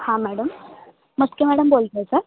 हां madam Maske madam बोलत आहे का